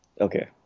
Okay